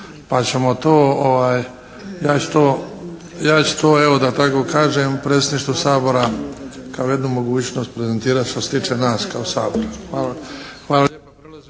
Pa ćemo to, ja ću to evo da tako kažem predsjedništvo Sabora kao jednu mogućnost prezentirat što se tiče nas kao Sabora. Hvala